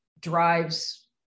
drives